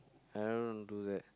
I don't do that